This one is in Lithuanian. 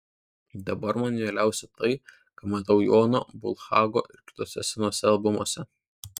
dabar man mieliausia tai ką matau jano bulhako ir kituose senuose albumuose